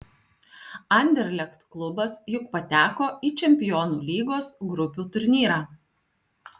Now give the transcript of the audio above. anderlecht klubas juk pateko į čempionų lygos grupių turnyrą